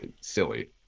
Silly